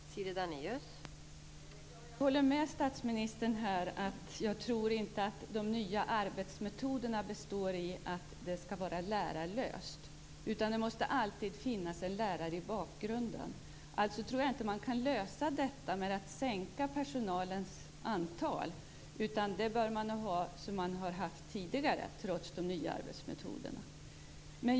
Fru talman! Jag håller med statsministern om att de nya arbetsmetoderna inte skall bestå i att det skall vara lärarlöst, utan det måste alltid finnas en lärare i bakgrunden. Jag tror därför att man inte kan lösa detta genom att minska personalen, utan man bör nog ha det så som det har varit tidigare, trots de nya arbetsmetoderna.